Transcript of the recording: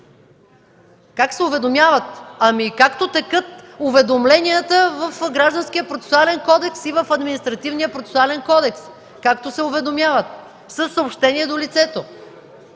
Как се уведомяват? Ами както текат уведомленията в Гражданскопроцесуалния кодекс и Административнопроцесуалния кодекс, както се уведомяват – със съобщение до лицето.